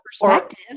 perspective